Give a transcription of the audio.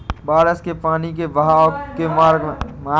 बारिश के पानी के बहाव के मार्ग में बाँध, एनीकट आदि बनाए